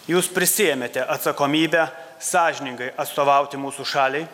jūs prisiėmėte atsakomybę sąžiningai atstovauti mūsų šaliai